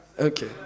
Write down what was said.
Okay